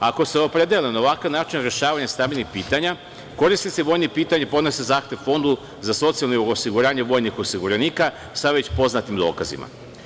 Ako se opredele na ovakav način rešavanja stambenih pitanje, korisnici vojnih pitanja podnose zahtev Fondu za socijalno osiguranje vojnih osiguranika sa već poznatim dokazima.